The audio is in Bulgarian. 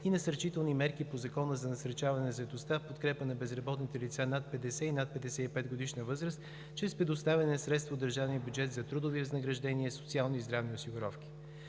и насърчителни мерки по Закона за насърчаване заетостта в подкрепа на безработните лица над 50- и над 55-годишна възраст, чрез предоставяне на средства от държавния бюджет за трудови възнаграждения, социални и здравни осигуровки.